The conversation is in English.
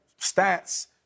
stats